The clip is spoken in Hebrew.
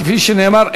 כפי שנאמר,